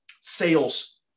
sales